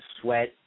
sweat